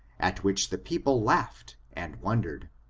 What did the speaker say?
at which the people laughed and wondered.